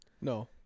No